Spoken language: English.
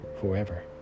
forever